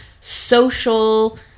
social